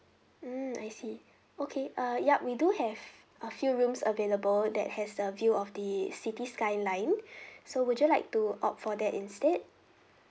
mm I see okay uh yup we do have a few rooms available that has a view of the city skyline so would you like to opt for that instead